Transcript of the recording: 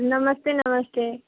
नमस्ते नमस्ते